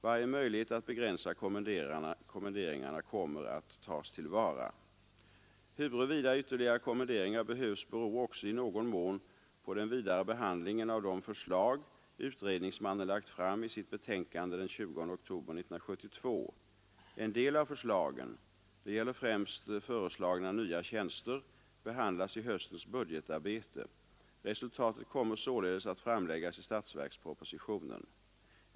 Varje möjlighet att begränsa kommenderingarna kommer att tas till vara. Huruvida ytterligare kommenderingar behövs beror också i någon mån på den vidare behandlingen av de förslag utredningsmannen lagt fram i sitt betänkande den 20 oktober 1972. En del av förslagen — det gäller främst föreslagna nya tjänster — behandlas i höstens budgetarbete. Resultatet kommer således att framläggas i statsverkspropositionen.